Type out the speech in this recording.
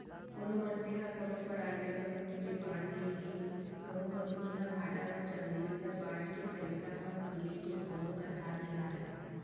कोनो मनसे ह कोनो पराइबेट कंपनी के बांड ले हे कहूं कंपनी ह घाटा म चल दिस त बांड के पइसा ह मिले के कोनो अधार नइ राहय